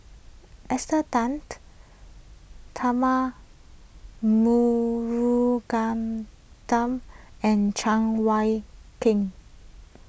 Esther Tan Tharman and Cheng Wai